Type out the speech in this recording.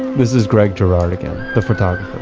this is greg girard again, the photographer.